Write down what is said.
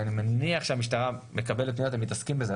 אני מניח שהמשטרה מקבלת פניות והם מתעסקים בזה,